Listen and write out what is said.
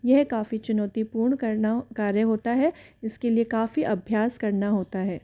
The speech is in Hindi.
यह काफ़ी चुनौतीपूर्ण करना कार्य होता है इस के लिए काफ़ी अभ्यास करना होता है